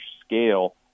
scale